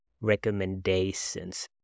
recommendations